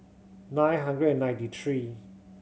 nine hundred and ninety three